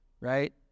Right